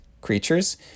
creatures